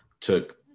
took –